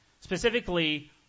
Specifically